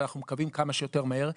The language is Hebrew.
ואנחנו מקווים כמה שיותר מהר,